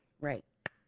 right